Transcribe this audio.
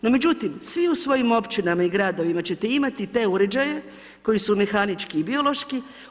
No međutim, svi u svojim općinama i gradovima ćete imati te uređaje koji su mehanički i biološki.